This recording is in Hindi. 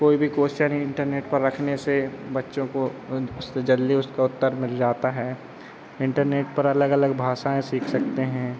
कोई भी क्वेश्चन इंटरनेट पर रखने से बच्चों को जल्दी उसका उत्तर मिल जाता है इंटरनेट पर अल अलग भाषाएं सीख सकते हैं